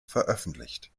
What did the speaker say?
veröffentlicht